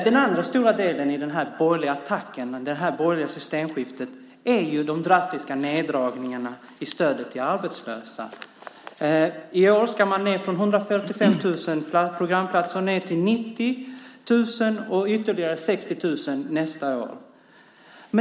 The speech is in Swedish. Den andra delen i den borgerliga attacken och det borgerliga systemskiftet är de drastiska neddragningarna i stödet till arbetslösa. I år ska man ned från 145 000 programplatser till 90 000 och till 60 000 nästa år.